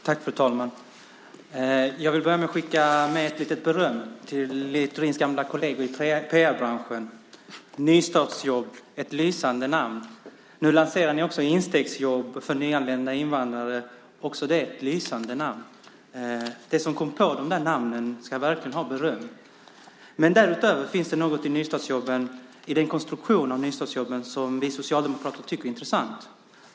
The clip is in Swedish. Fru talman! Jag vill börja med att skicka med ett litet beröm till Littorins gamla kolleger i PR-branschen. Nystartsjobb är ett lysande namn. Nu lanserar ni instegsjobb för nyanlända invandrare, också det ett lysande namn. De som kom på de namnen ska verkligen ha beröm. Men därutöver finns det något i den konstruktion av nystartsjobben som vi socialdemokrater tycker är intressant.